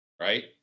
right